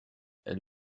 elle